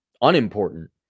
unimportant